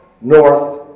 north